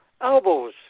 elbows